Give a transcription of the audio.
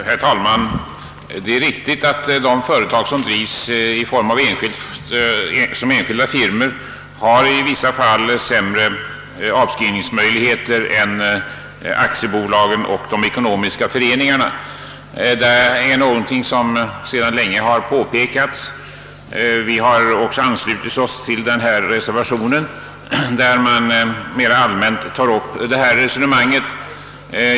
Herr talman! Det är riktigt att de företag som drivs som enskilda firmor har i vissa fall sämre avskrivningsmöjligheter än aktiebolag och ekonomiska föreningar. Detta är någonting som sedan länge har påpekats. Vi på högerhåll har också anslutit oss till denna reservation, där man mera allmänt tar upp detta resonemang.